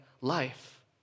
life